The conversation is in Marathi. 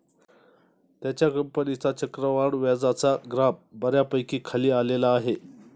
त्याच्या कंपनीचा चक्रवाढ व्याजाचा ग्राफ बऱ्यापैकी खाली आलेला आहे